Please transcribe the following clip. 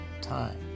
time